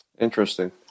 Interesting